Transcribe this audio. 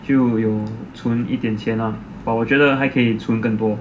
就有存一点钱啊 but 我觉得还可以存更多